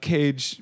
Cage